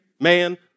man